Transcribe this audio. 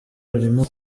arimo